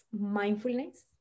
mindfulness